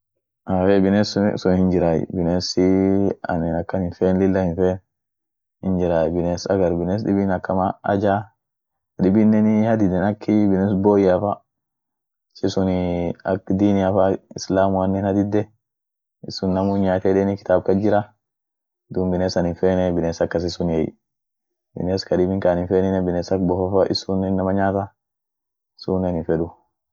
ahey binesun sun hinjiray binesii anin akan hinfeen lilla hinfeen hinjiray, bines agar bines dibin akama ajaa, dibinen hadiden akii biness boyea fa ishisuni ak dinia fa islamuanen hadiide, sun namu hinyattin yedeni kitaab kasjira duum bines ann hinfeen biness akasi suniey, biness kadibi kaanin hinfeenen bines ak bofa fa isunen inama nyaaata sunen hinfedu.